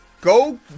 Go